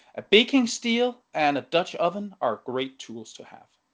a baking steel and a dutch oven are great tools to have.